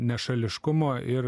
nešališkumo ir